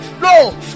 no